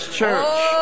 church